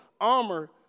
armor